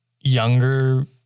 younger